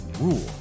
rule